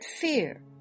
fear